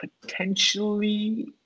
potentially